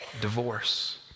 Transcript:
divorce